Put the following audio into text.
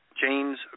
James